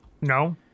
No